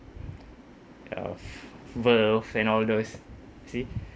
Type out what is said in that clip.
uh verve and all those you see